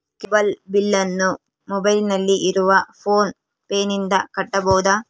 Cable ಬಿಲ್ಲನ್ನು ಮೊಬೈಲಿನಲ್ಲಿ ಇರುವ ಫೋನ್ ಪೇನಿಂದ ಕಟ್ಟಬಹುದಾ?